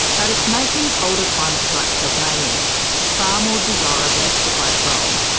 but it's making colder climates like tasmania far more desirable for grape growing.